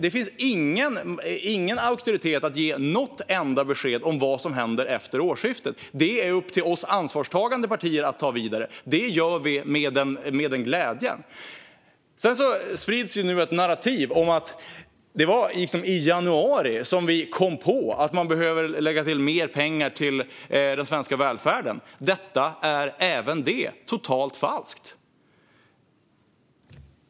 Det finns ingen auktoritet att ge något enda besked om vad som händer efter årsskiftet. Det är upp till oss ansvarstagande partier att ta detta vidare, och det gör vi med glädje. Det sprids nu ett narrativ om att det var i januari vi kom på att mer pengar behöver läggas på den svenska välfärden. Även detta är totalt falskt.